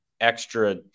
extra